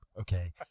Okay